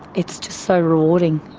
it's just so rewarding.